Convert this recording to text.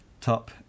top